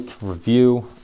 review